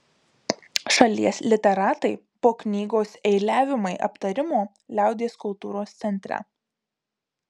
šalies literatai po knygos eiliavimai aptarimo liaudies kultūros centre